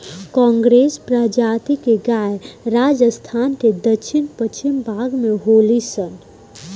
कांकरेज प्रजाति के गाय राजस्थान के दक्षिण पश्चिम भाग में होली सन